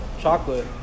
Chocolate